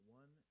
one